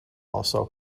also